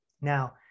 Now